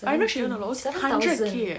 I remember she earn a lot is it hundred K ah